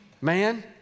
man